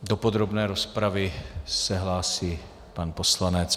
Do podrobné rozpravy se hlásí pan poslanec.